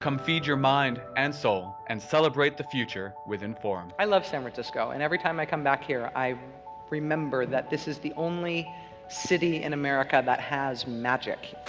come feed your mind and soul and celebrate the future with inform i love san francisco. and every time i come back here. i remember that this is the only city in america that has magic